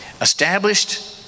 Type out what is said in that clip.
Established